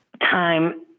time